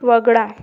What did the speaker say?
वगळा